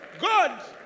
God